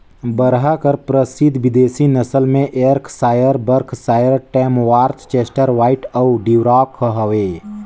बरहा कर परसिद्ध बिदेसी नसल में Yorkshire, Berkshire, Tamworth, Chester White अउ ड्यूरॉक हवे